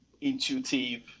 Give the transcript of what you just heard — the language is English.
intuitive